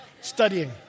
Studying